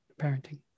parenting